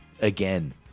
Again